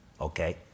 okay